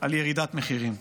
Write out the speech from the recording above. על ירידת מחירים.